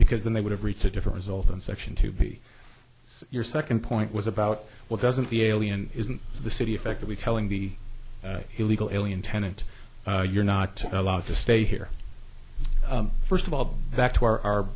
because then they would have reached a different result and section to be your second point was about well doesn't the alien isn't the city effectively telling the illegal alien tenant you're not allowed to stay here first of all back to our